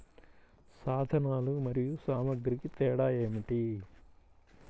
సాధనాలు మరియు సామాగ్రికి తేడా ఏమిటి?